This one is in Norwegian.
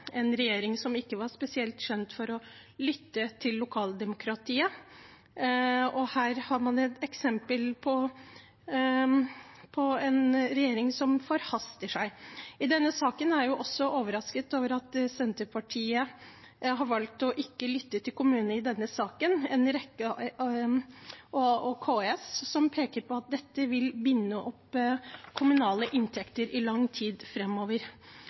en regjering som ikke var spesielt kjent for å lytte til lokaldemokratiet. Så her har man et eksempel på en regjering som forhaster seg. Jeg er overrasket over at Senterpartiet har valgt å ikke lytte til kommunene i denne saken, og KS peker på at dette vil binde opp kommunale inntekter i lang tid